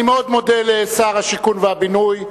אני מאוד מודה לשר השיכון והבינוי,